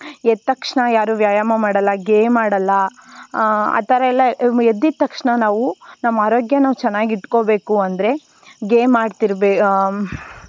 ಎದ್ದ ತಕ್ಷಣ ಯಾರೂ ವ್ಯಾಯಾಮ ಮಾಡೋಲ್ಲ ಗೇಮ್ ಆಡೋಲ್ಲಾ ಆ ಥರ ಎಲ್ಲ ಎದ್ದಿದ್ದ ತಕ್ಷಣ ನಾವು ನಮ್ಮ ಆರೋಗ್ಯ ನಾವು ಚೆನ್ನಾಗಿಟ್ಕೋಬೇಕು ಅಂದರೆ ಗೇಮ್ ಆಡ್ತಿರ್ಬೇಕು